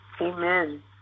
Amen